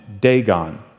Dagon